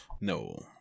No